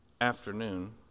afternoon